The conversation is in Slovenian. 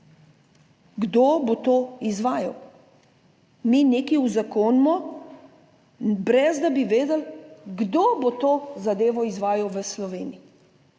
kdo bo to izvajal. Mi nekaj uzakonimo brez da bi vedeli kdo bo to zadevo izvajal v Sloveniji.